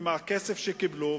עם הכסף שקיבלו,